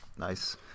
Nice